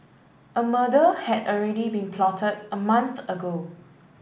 a murder had already been plotted a month ago